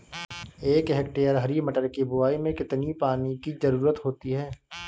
एक हेक्टेयर हरी मटर की बुवाई में कितनी पानी की ज़रुरत होती है?